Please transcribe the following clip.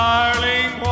Darling